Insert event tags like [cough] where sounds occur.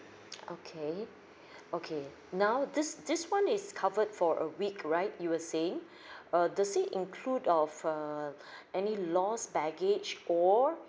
[noise] okay [breath] okay now this this one is covered for a week right you were saying [breath] uh does it include of err [breath] any lost baggage or